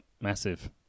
massive